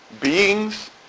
beings